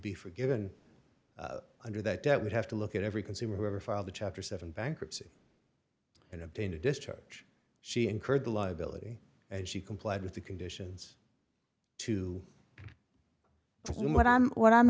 be forgiven under that debt would have to look at every consumer who ever filed a chapter seven bankruptcy and obtain a discharge she incurred the liability and she complied with the conditions to what i'm what i'm